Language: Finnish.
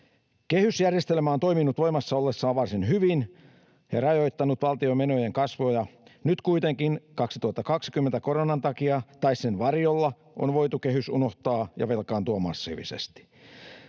Kehysjärjestelmä on toiminut voimassa ollessaan varsin hyvin ja rajoittanut valtion menojen kasvua, ja nyt kuitenkin 2020 koronan takia, tai sen varjolla, on voitu kehys unohtaa ja velkaantua massiivisesti.